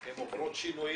הן עוברות שינויים,